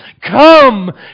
Come